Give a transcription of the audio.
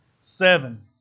Seven